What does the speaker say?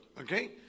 okay